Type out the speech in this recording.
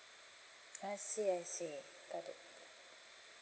I see I see got it